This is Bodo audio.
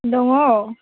दङ